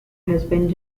husband